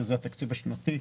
שזה התקציב השנתי,